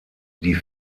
die